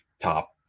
top